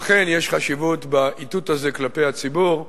אכן יש חשיבות באיתות הזה כלפי הציבור,